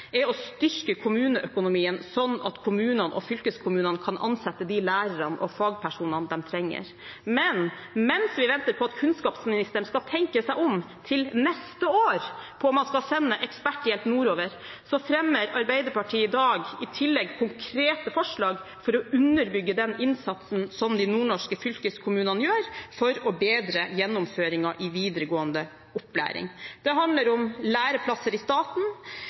er å styrke kommuneøkonomien, slik at kommunene og fylkeskommunene kan ansette de lærerne og de fagpersonene de trenger. Men mens vi venter på at kunnskapsministeren skal tenke seg om – til neste år – om hvorvidt han skal sende eksperthjelp nordover, fremmer Arbeiderpartiet i dag i tillegg konkrete forslag for å underbygge den innsatsen som de nordnorske fylkeskommunene gjør for å bedre gjennomføringen i videregående opplæring. Det handler om læreplasser i staten,